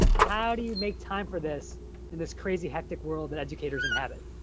how do you make time for this in this crazy, hectic world that educators inhabit?